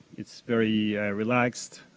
it's very relaxed,